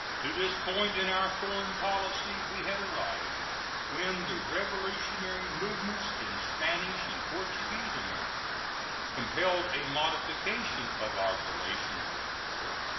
to this point in our foreign policy we had arrived when the revolutionary movements in spanish and portuguese america compelled a modification of our relations with europe,